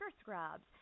scrubs